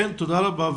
תודה רבה.